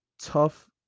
tough